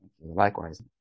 Likewise